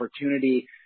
opportunity